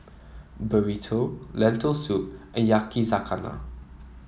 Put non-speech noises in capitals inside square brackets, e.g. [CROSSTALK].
Burrito Lentil Soup [UNINTELLIGIBLE] Yakizakana